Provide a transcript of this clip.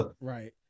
Right